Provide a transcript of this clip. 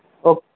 okay